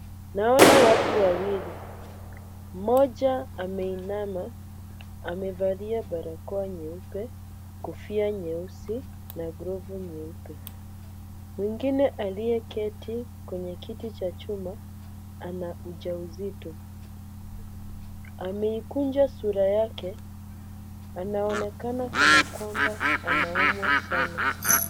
Naona watu wawili. Mmoja ameinama amevalia barakoa nyeupe, kofia nyeusi na glovu nyeupe. Mwingine aliyeketi kwenye kiti cha chuma ana ujauzito. Amekunja sura yake anaonekana kana kwamba anaumwa sana.